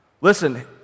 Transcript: Listen